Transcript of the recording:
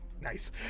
Nice